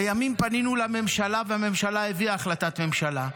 לימים פנינו לממשלה, והממשלה הביאה החלטת ממשלה,